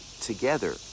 together